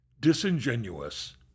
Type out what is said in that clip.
disingenuous